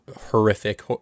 horrific